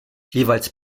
jeweils